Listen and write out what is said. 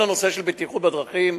כל הנושא של בטיחות בדרכים,